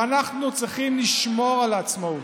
ואנחנו צריכים לשמור על עצמאות.